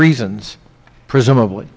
reasons presumably